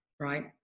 Right